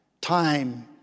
time